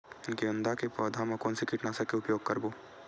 गेंदा के पौधा म कोन से कीटनाशक के उपयोग करबो?